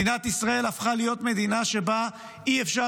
מדינת ישראל הפכה להיות מדינה שבה אי-אפשר